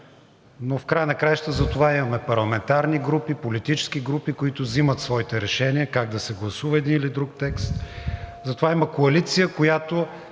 но в края на краищата затова имаме парламентарни групи, политически групи, които взимат своите решения как да се гласува един или друг текст, затова има коалиция, която